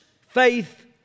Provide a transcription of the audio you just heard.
faith